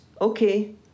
okay